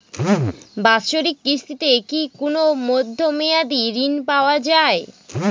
বাৎসরিক কিস্তিতে কি কোন মধ্যমেয়াদি ঋণ পাওয়া যায়?